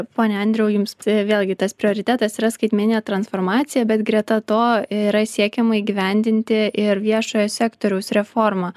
pone andriau jums vėlgi tas prioritetas yra skaitmeninė transformacija bet greta to yra siekiama įgyvendinti ir viešojo sektoriaus reformą